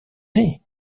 nez